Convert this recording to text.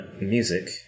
music